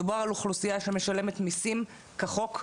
מדובר על אוכלוסייה שמשלמת מיסים כחוק,